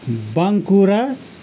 Bankura